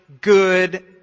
good